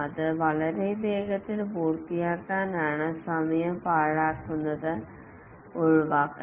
അത് വളരെ വേഗത്തിൽ പൂർത്തിയാക്കാനാണ് സമയം പാഴാക്കുന്നത് ഒഴിവാക്കണം